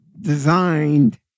designed